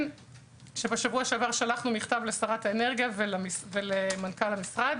בשבוע שעבר שלחנו מכתב לשרת האנרגיה ולמנכ"ל המשרד